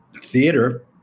theater